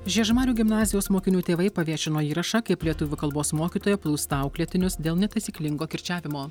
žiežmarių gimnazijos mokinių tėvai paviešino įrašą kaip lietuvių kalbos mokytoja plūsta auklėtinius dėl netaisyklingo kirčiavimo